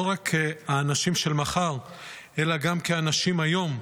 לא רק כאנשים של מחר אלא גם כאנשים היום,